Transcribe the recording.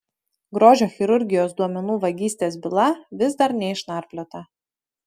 grožio chirurgijos duomenų vagystės byla vis dar neišnarpliota